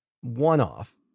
one-off